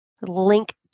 link